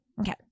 Okay